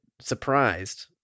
surprised